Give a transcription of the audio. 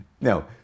No